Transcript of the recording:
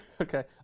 Okay